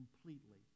completely